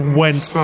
went